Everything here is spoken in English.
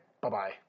Bye-bye